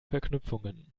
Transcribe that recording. verknüpfungen